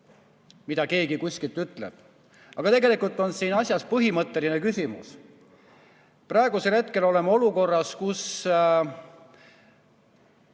mida keegi kuskil ütleb. Aga tegelikult on siin asjas põhimõtteline küsimus. Praegusel hetkel oleme olukorras, kus